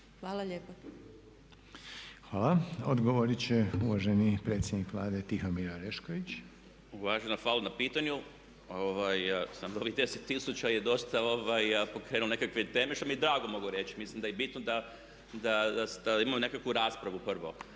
Željko (HDZ)** Hvala. Odgovorit će uvaženi predsjednik Vlade Tihomir Orešković. **Orešković, Tihomir** Uvažena hvala na pitanju. Ovih 10 000 je dosta pokrenulo nekakve teme, što mi je drago mogu reći. Mislim da je bitno da imamo nekakvu raspravu prvo.